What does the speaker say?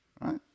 right